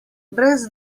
brez